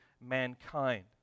mankind